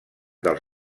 dels